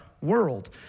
world